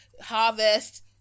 harvest